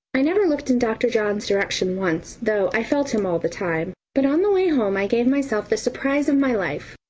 i never looked in dr. john's direction once, though i felt him all the time. but on the way home i gave myself the surprise of my life!